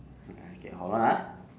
okay hold on ah